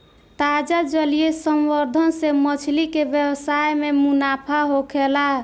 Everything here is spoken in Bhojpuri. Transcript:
ताजा जलीय संवर्धन से मछली के व्यवसाय में मुनाफा होखेला